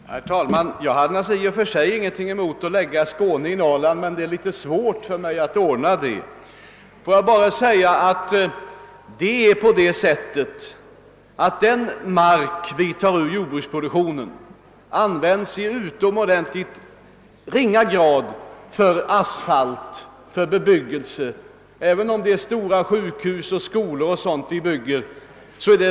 Herr talman! Jag skulle naturligtvis i och för sig inte ha något emot att lägga Skåne i Norrland, men det är litet svårt för mig att genomföra det. Den mark vi tar bort ur jordbruksaroduktionen asfaltbeläggs eller bebyggs i utomordentligt ringa grad, även om vi bygger en del stora sjukhus och skolor m.m. på den.